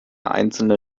einzelne